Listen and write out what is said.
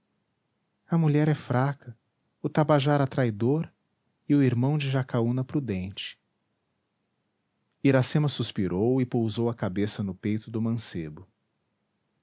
a mulher é fraca o tabajara traidor e o irmão de jacaúna prudente iracema suspirou e pousou a cabeça no peito do mancebo